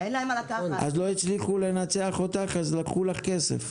אז לא הצליחו לנצח אותך אז לקחו לך כסף.